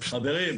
חברים,